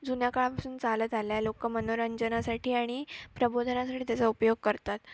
जुन्या काळांपासून चालत आल्या लोकं मनोरंजनासाठी आणि प्रबोधनासाठी त्याचा उपयोग करतात